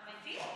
אמיתי?